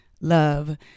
love